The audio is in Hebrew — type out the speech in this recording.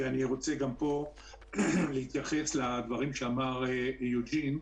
ואני רוצה גם פה להתייחס לדברים שאמר יוג'ין.